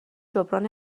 جبران